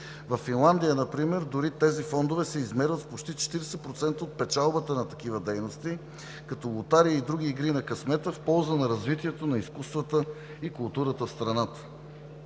Във Финландия например дори тези фондове се измерват с почти 40% от печалбата на такива дейности, като лотарии и други игри на късмета, в полза на развитието на изкуствата и културата в страната.